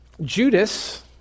Judas